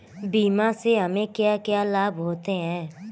बीमा से हमे क्या क्या लाभ होते हैं?